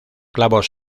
clavos